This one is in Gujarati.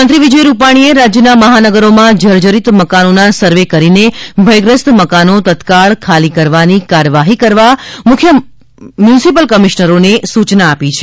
મુખ્યમંત્રી વિજય રૂપાણીએ રાજ્યના મહાનગરોમાં જજરિત મકાનોના સર્વે કરીને ભયગ્રસ્ત મકાનો તત્કાલ ખાલી કરાવવાની કાર્યવાહી કરવા મ્યુનિસિપલ કમિશનરોને સૂચના આપી છે